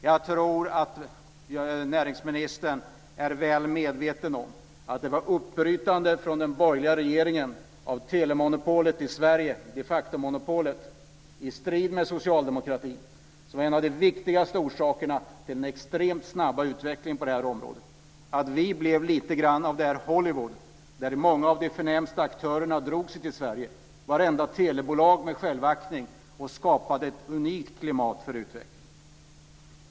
Jag tror att näringsministern är väl medveten om att det var den borgerliga regeringen som bröt upp telemonopolet i Sverige, de facto-monopolet, i strid med socialdemokratin. Det var en av de viktigaste orsakerna till den extremt snabba utvecklingen på det här området. Vi blev lite grann av detta Hollywood. Många av de förnämsta aktörerna - vartenda telebolag med självaktning - drogs till Sverige. Detta skapade ett unikt klimat för utveckling.